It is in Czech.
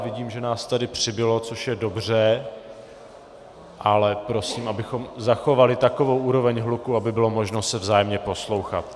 Vidím, že nás tady přibylo, což je dobře, ale prosím, abychom zachovali takovou úroveň hluku, aby bylo možno se vzájemně poslouchat.